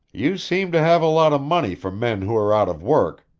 you seem to have a lot of money for men who are out of work,